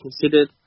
considered